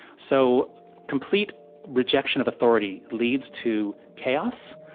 so complete rejection of authority leads to chaos,